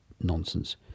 nonsense